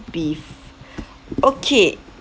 beef okay